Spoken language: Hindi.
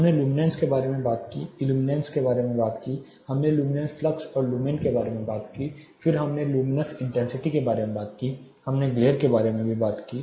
हमने लुमिनेंस के बारे में बात की इल्यूमिनेंस की बात की हमने लुमिनस फ्लक्स और लुमेन के बारे में बात की फिर हमने लुमिनस इंटेंसिटी के बारे में बात की हमने ग्लेर के बारे में बात की